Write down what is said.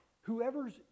whoever's